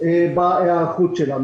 בהיערכות שלנו.